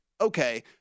okay